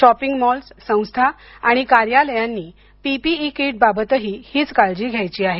shopping mall संस्था आणि कार्यालयांनी पीपीई कीट बाबतही हीच काळजी घ्यायची आहे